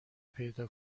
پیدا